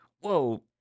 whoa